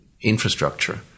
infrastructure